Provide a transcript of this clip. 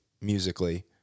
musically